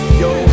yo